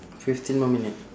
fifteen more minute